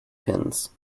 pins